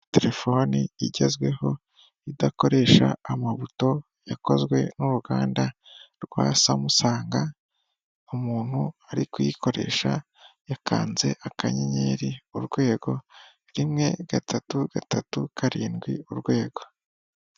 Telefoni igezweho idakoresha amabuto yakozwe n'uruganda rwa Samsung, umuntu ari kuyikoresha yakanze akanyenyeri, urwego, rimwe, gatatu, gatatu, karindwi, urwego.